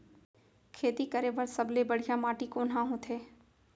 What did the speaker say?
खेती करे बर सबले बढ़िया माटी कोन हा होथे?